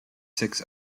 six